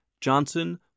Johnson